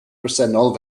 bresennol